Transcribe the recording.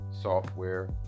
software